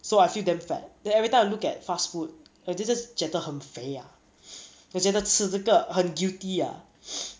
so I feel damn fat then everytime I look at fast food 我 ju~ just 觉得很肥 ah 我觉得吃这个很 guilty ah